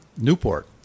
Newport